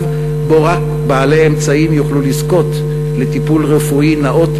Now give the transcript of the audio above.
שבו רק בעלי אמצעים יוכלו לזכות לטיפול רפואי נאות,